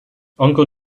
uncle